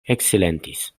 eksilentis